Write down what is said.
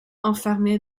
enfermé